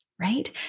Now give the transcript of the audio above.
right